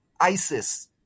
ISIS